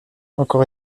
encore